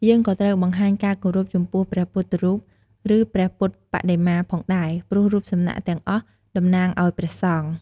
យើងក៏ត្រូវបង្ហាញការគោរពចំពោះព្រះពុទ្ធរូបឬ ព្រះពុទ្ធបដិមា ផងដែរ ព្រោះរូបសំណាកទាំងអស់តំណាងឲ្យព្រះសង្ឃ។